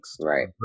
Right